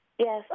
Yes